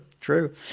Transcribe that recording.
true